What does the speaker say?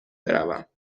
بروم